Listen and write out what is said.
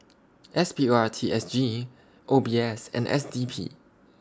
S P O R T S G O B S and S D P